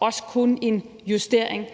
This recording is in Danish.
os kun er en justering.